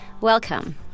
Welcome